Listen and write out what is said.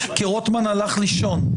כי רוטמן הלך לישון,